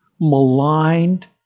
maligned